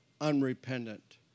unrepentant